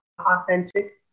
authentic